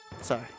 Sorry